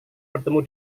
bertemu